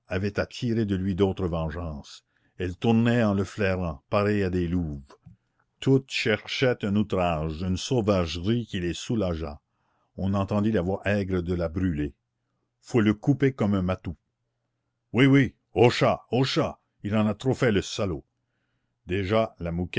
tirer de lui d'autres vengeances elles tournaient en le flairant pareilles à des louves toutes cherchaient un outrage une sauvagerie qui les soulageât on entendit la voix aigre de la brûlé faut le couper comme un matou oui oui au chat au chat il en a trop fait le salaud déjà